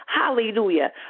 Hallelujah